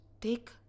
take